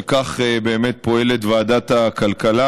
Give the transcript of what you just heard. וכך באמת פועלת ועדת הכלכלה,